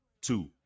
two